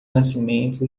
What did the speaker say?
nascimento